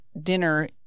dinner